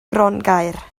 grongaer